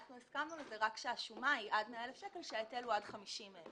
הסכמנו לזה רק כשהשומה היא עד 100,000 שקל וההיטל הוא עד 50,000 שקל.